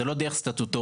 זו לא דרך סטטוטורית,